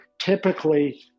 typically